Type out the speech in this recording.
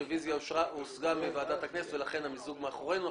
הרביזיה הוסרה מוועדת הכנסת ולכן המיזוג מאחורינו.